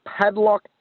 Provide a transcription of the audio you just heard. padlock